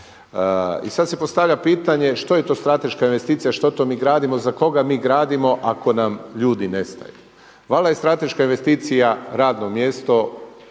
I sada se postavlja pitanje, što je to strateška investicija, što to mi gradimo, za koga mi gradimo ako nam ljudi nestaju. Valjda je strateška investicija radno mjesto,